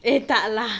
eh tak lah